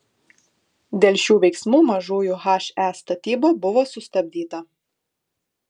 dėl šių veiksmų mažųjų he statyba buvo sustabdyta